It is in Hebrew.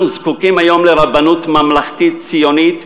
אנחנו זקוקים היום לרבנות ממלכתית ציונית,